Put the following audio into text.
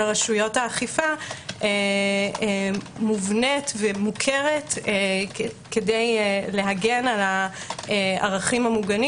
רשויות האכיפה מובנית ומוכרת כדי להגן על הערכים המוגנים